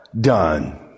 done